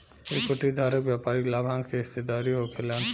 equity धारक व्यापारिक लाभांश के हिस्सेदार होखेलेन